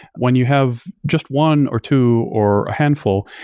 when you have just one or two or a handful,